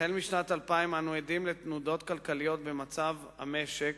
החל משנת 2000 אנו עדים לתנודות כלכליות במצב המשק